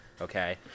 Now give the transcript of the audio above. Okay